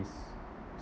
east